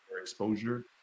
exposure